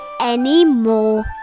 anymore